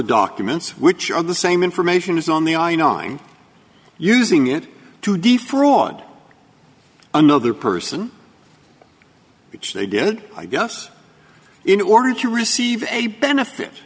documents which are the same information is on the i nine using it to defraud another person which they did i guess in order to receive a benefit